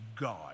God